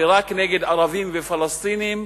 ורק נגד ערבים ופלסטינים,